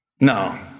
No